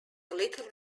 little